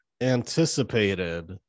anticipated